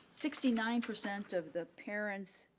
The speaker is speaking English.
sixty nine percent of the parents,